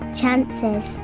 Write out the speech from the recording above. chances